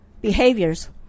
behaviors